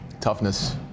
toughness